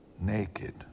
naked